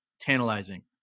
tantalizing